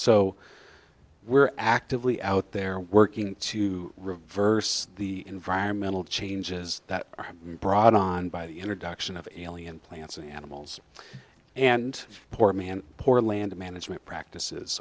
so we're actively out there working to reverse the environmental changes that are brought on by the introduction of alien plants and animals and poor me and poor land management practices